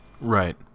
right